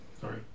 Sorry